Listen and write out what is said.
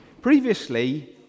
Previously